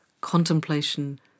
contemplation